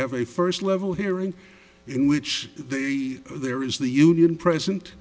have a first level hearing in which they are there is the union present